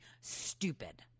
stupid